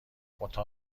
اتاق